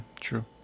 true